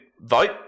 vote